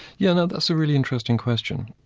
you know that's a really interesting question.